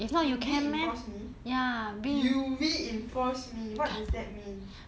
you reinforced me you reinforce me what does that mean